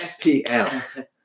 FPL